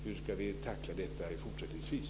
Hur ska vi tackla detta fortsättningsvis?